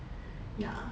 ya